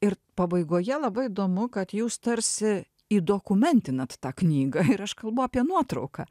ir pabaigoje labai įdomu kad jūs tarsi į dokumentinat tą knygą ir aš kalbu apie nuotrauką